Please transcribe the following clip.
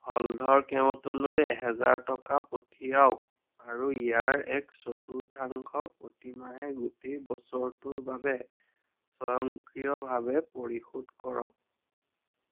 হলধৰ কেওটলৈ এহেজাৰ টকা পঠিয়াওক আৰু ইয়াৰ এক চতুৰ্থাংশ প্ৰতিমাহে গোটেই বছৰটোৰ বাবে স্বয়ংক্ৰিয়ভাৱে পৰিশোধ কৰক